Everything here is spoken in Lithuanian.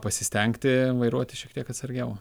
pasistengti vairuoti šiek tiek atsargiau